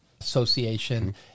Association